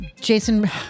Jason